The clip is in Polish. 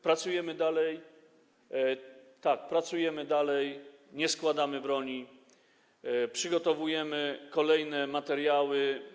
Pracujemy dalej, tak, pracujemy dalej, nie składamy broni, przygotowujemy kolejne materiały.